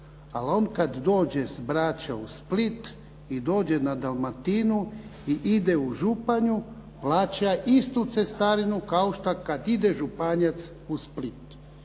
Al on kad dođe s Brača u Split i dođe na Dalmatinu i ide u Županju plaća istu cestarinu kao što plaća kad ide Županjac u Split.